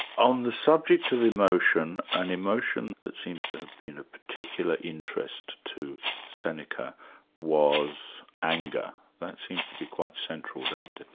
on the subject of emotion, an emotion that seems to have been a particular interest to seneca was anger that seems to be quite central, doesn't it?